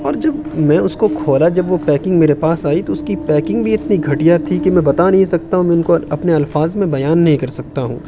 اور جب میں اس کو کھولا جب وہ پیکنگ میرے پاس آئی تو اس کی پیكنگ بھی اتنی گھٹیا تھی کہ میں بتا نہیں سکتا ہوں میں ان کو اپنے الفاظ میں بیان نہیں کر سکتا ہوں